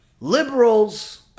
liberals